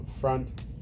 front